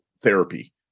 therapy